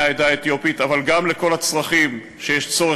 העדה האתיופית אבל גם בכל הצרכים הדרושים,